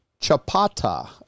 chapata